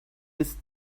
bis